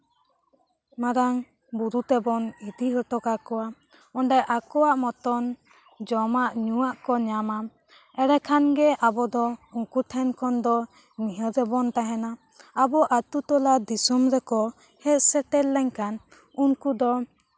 ᱢᱟᱨᱟᱝ ᱵᱩᱨᱩ ᱛᱮᱵᱚᱱ ᱤᱫᱤ ᱦᱚᱴᱚ ᱠᱟᱠᱚᱣᱟ ᱚᱸᱰᱮ ᱟᱠᱚᱣᱟᱜ ᱢᱚᱛᱚᱱ ᱡᱚᱢᱟᱜ ᱧᱩᱣᱟᱜ ᱠᱚ ᱧᱟᱢᱟ ᱮᱰᱮ ᱠᱷᱟᱱ ᱜᱮ ᱟᱵᱚ ᱫᱚ ᱩᱱᱠᱩ ᱴᱷᱮᱱ ᱠᱷᱚᱱ ᱫᱚ ᱱᱤᱦᱟᱹ ᱨᱮᱵᱚᱱ ᱛᱟᱦᱮᱱᱟ ᱟᱵᱚ ᱟᱛᱳ ᱴᱚᱞᱟ ᱫᱤᱥᱚᱢ ᱨᱮᱠᱚ ᱦᱮᱡ ᱥᱮᱴᱮᱨ ᱞᱮᱱᱠᱷᱟᱱ ᱩᱱᱠᱩ ᱫᱚ